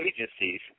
agencies